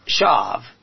shav